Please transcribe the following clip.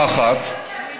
זה מה ששאלתם.